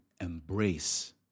embrace